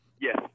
Yes